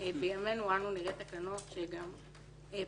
ובימינו אנו נראה תקנות שגם פועלות.